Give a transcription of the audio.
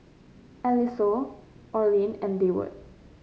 Eliseo Orlin and Deward